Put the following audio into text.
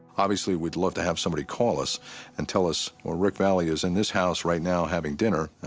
obviously, we'd love to have somebody call us and tell us, well, rick vallee is in this house right now having dinner.